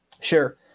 Sure